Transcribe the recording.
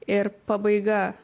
ir pabaiga